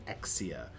Exia